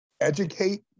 educate